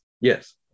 Yes